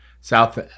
South